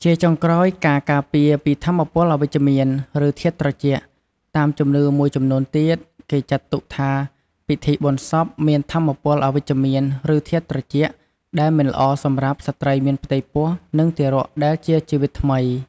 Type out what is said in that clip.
ជាចុងក្រោយ ការការពារពីថាមពលអវិជ្ជមាន ឬធាតុត្រជាក់ តាមជំនឿមួយចំនួនទៀត គេចាត់ទុកថាពិធីបុណ្យសពមានថាមពលអវិជ្ជមាន ឬធាតុត្រជាក់ ដែលមិនល្អសម្រាប់ស្ត្រីមានផ្ទៃពោះ និងទារកដែលជាជីវិតថ្មី។